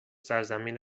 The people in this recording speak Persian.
سرزمین